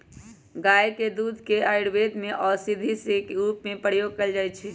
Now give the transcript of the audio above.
गाय के दूध के आयुर्वेद में औषधि के रूप में प्रयोग कएल जाइ छइ